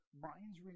minds